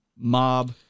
Mob